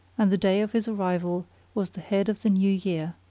and the day of his arrival was the head of the new year.